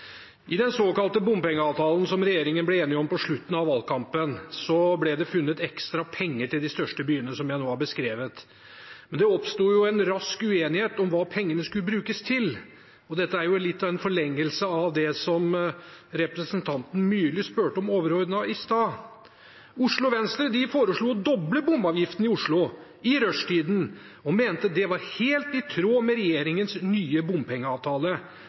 I den såkalte bompengeavtalen som regjeringen ble enig om på slutten av valgkampen, ble det funnet ekstra penger til de største byene, som jeg nå har beskrevet. Men det oppsto raskt en uenighet om hva pengene skulle brukes til, og dette er litt i forlengelsen av det representanten Myrli overordnet spurte om i stad. Oslo Venstre foreslo å doble bompengeavgiften i Oslo i rushtiden og mente at det var helt i tråd med regjeringens nye bompengeavtale,